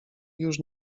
już